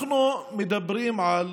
אנחנו מדברים על